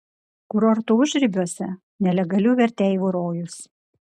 kurorto užribiuose nelegalių verteivų rojus